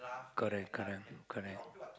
correct correct correct